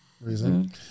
reason